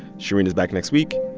shereen is back next week.